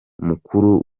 mukuru